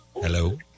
Hello